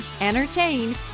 entertain